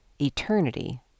eternity